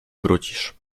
wrócisz